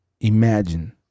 imagine